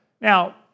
Now